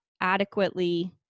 adequately